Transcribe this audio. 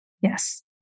Yes